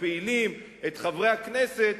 פעילים וחברי הכנסת,